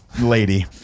lady